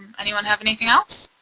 anyone have anything else?